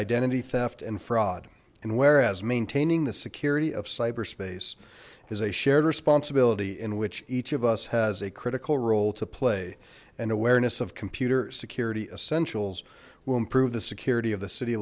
identity theft and fraud and whereas maintaining the security of cyberspace is a shared responsibility in which each of us has a critical role to play an awareness of computer security essentials will improve the security of the city